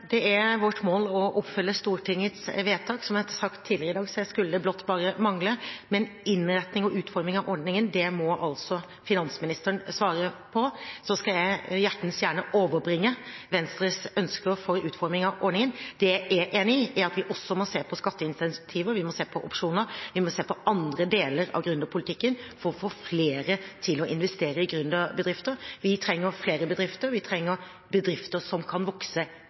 Det er vårt mål å oppfylle Stortingets vedtak, som jeg har sagt tidligere i dag, det skulle bare mangle. Men innretning og utforming av ordningen må finansministeren svare på, og så skal jeg hjertens gjerne overbringe Venstres ønsker for utforming av ordningen. Det jeg er enig i, er at vi også må se på skatteincentiver, vi må se på opsjoner, vi må se på andre deler av gründerpolitikken for å få flere til å investere i gründerbedrifter. Vi trenger flere bedrifter, vi trenger bedrifter som kan vokse